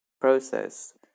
process